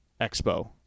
expo